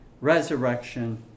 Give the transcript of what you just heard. resurrection